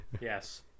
Yes